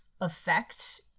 effect